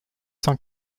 cent